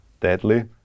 deadly